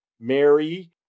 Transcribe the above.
Mary